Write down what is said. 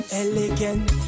elegant